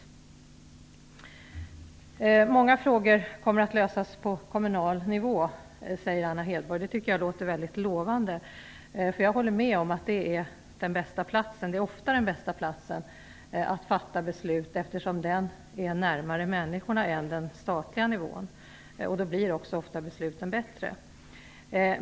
Anna Hedborg säger att många frågor kommer att lösas på kommunal nivå. Det tycker jag låter lovande. Jag håller med om att kommunen ofta är den bästa platsen, eftersom den kommunala nivån ligger närmare människorna än den statliga. Då blir besluten ofta bättre.